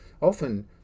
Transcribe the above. Often